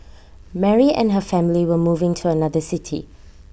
Mary and her family were moving to another city